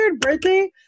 birthday